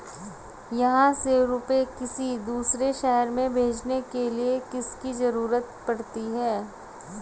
यहाँ से रुपये किसी दूसरे शहर में भेजने के लिए किसकी जरूरत पड़ती है?